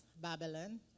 Babylon